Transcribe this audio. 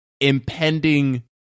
impending